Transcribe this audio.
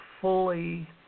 fully